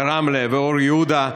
רמלה ואור יהודה,